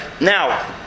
Now